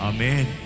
Amen